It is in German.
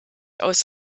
aus